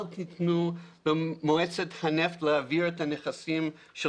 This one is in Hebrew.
אל תתנו במועצת הנפט להעביר את הנכסים של